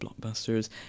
blockbusters